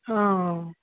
ہاں